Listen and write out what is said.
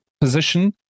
position